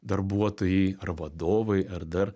darbuotojai ar vadovai ar dar